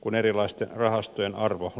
kun erilaisten rahastojen arvo laskisi